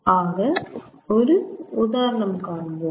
ஆக ஒரு உதாரணம் காண்போம்